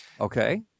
Okay